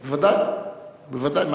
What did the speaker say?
ודאי, ודאי.